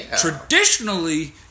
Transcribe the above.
Traditionally